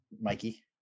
mikey